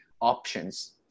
options